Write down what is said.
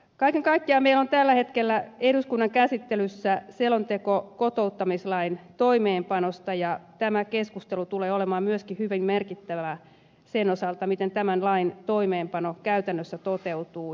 kaiken kaikkiaan meillä on tällä hetkellä eduskunnan käsittelyssä selonteko kotouttamislain toimeenpanosta ja tämä keskustelu tulee olemaan myöskin hyvin merkittävä sen osalta miten tämän lain toimeenpano käytännössä toteutuu